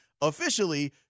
officially